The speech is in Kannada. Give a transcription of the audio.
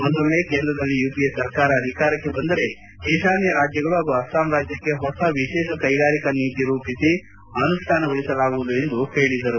ಒಂದೊಮ್ನೆ ಕೇಂದ್ರದಲ್ಲಿ ಯುಪಿಎ ಸರ್ಕಾರ ಅಧಿಕಾರಕ್ಷೆ ಬಂದರೆ ಈತಾನ್ನ ರಾಜ್ಯಗಳು ಹಾಗೂ ಅಸ್ಲಾಂ ರಾಜ್ಯಕ್ಕೆ ಹೊಸ ವಿಶೇಷ ಕೈಗಾರಿಕಾ ನೀತಿ ರೂಪಿಸಿ ಅನುಷ್ಣಾನಗೊಳಿಸಲಾಗುವುದು ಎಂದು ಹೇಳಿದರು